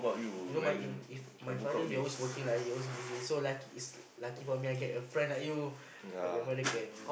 you know my if if my father he always working lah he always busy so is lucky is lucky for me I get a friend like you my father can